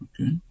okay